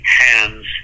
hands